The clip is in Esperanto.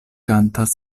kantas